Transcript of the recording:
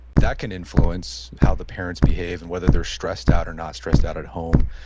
that can influence how the parents behave and whether they're stressed out or not stressed out at home.